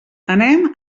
anem